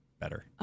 better